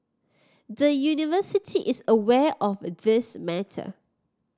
the University is aware of this matter